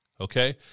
okay